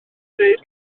dweud